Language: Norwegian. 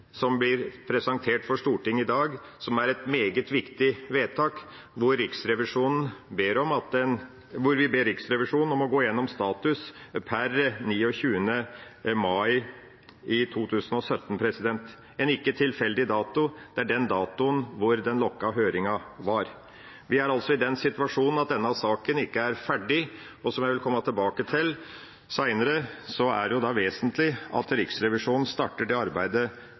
som blir presentert for Stortinget i dag, et meget viktig vedtak, hvor vi ber Riksrevisjonen om å gå gjennom status per 29. mai 2017 – en ikke tilfeldig dato, det er den datoen den lukkede høringen var. Vi er altså i den situasjonen at denne saken ikke er ferdig, og som jeg vil komme tilbake til senere, er det da vesentlig at Riksrevisjonen starter det arbeidet